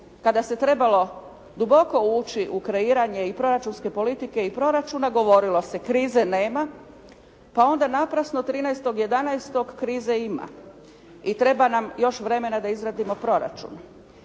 kada se trebalo duboko ući u kreiranje i proračunske politike i proračuna, govorilo se krize nema, pa onda naprasno 13. 11. krize ima. I treba nam još vremena da izradimo proračun.